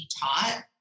taught